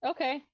Okay